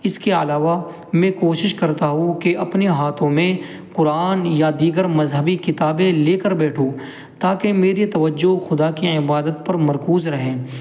اس کے علاوہ میں کوشش کرتا ہو کہ اپنے ہاتھوں میں قرآن یا دیگر مذہبی کتابیں لے کر بیٹھوں تاکہ میری توجہ خدا کے عبادت پر مرکوز رہیں